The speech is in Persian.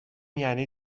یعنی